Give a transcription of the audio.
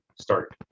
start